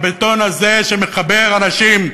הבטון הזה שמחבר אנשים,